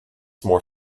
more